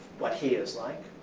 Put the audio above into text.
what he is like.